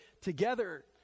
together